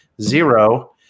zero